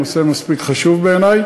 הנושא מספיק חשוב בעיני,